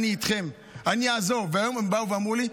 אני לא מסכימה עם זה.